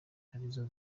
arizo